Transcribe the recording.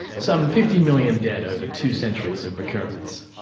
some fifty million dead over two centuries of recurrence.